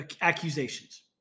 accusations